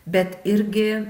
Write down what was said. bet irgi